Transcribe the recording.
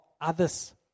others